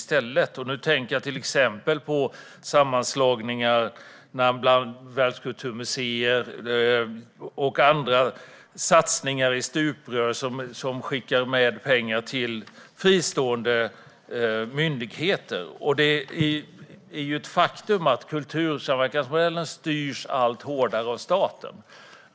Jag tänker exempelvis på sammanslagningen av världskulturmuseerna och andra satsningar, där pengar skickas i stuprör till fristående myndigheter. Det är ett faktum att kultursamverkansmodellen styrs allt hårdare av staten.